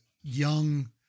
young